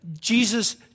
Jesus